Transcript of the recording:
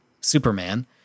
Superman